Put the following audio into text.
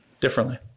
differently